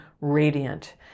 radiant